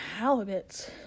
halibuts